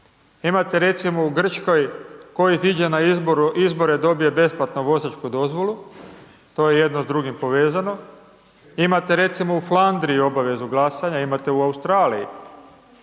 Imate recimo u Grčkoj tko iziđe na izbore dobije besplatnu vozačku dozvolu, to je jedno s drugim povezano. Imate recimo u Flandriji obavezu glasanja, imate u Australiji,